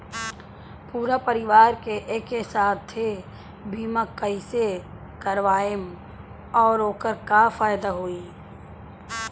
पूरा परिवार के एके साथे बीमा कईसे करवाएम और ओकर का फायदा होई?